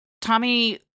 Tommy